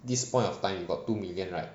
this point of time you got two million right